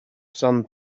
sun